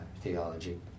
theology